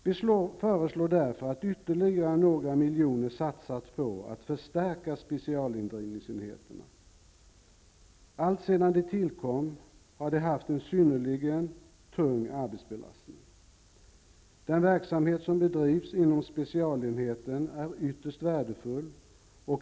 Vi föreslår därför att ytterligare några miljoner satsas på att förstärka specialindrivningsenheterna. De har haft en synnerligen tung arbetsbelastning alltsedan de tillkom. Den verksamhet som bedrivs inom specialenheterna är ytterst värdefull.